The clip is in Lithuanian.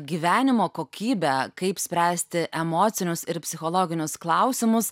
gyvenimo kokybę kaip spręsti emocinius ir psichologinius klausimus